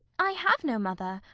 i have no mother,